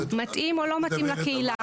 מתאים או לא מתאים לקהילה.